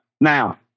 Now